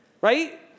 right